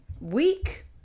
week